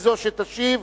היא שתשיב,